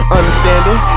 Understanding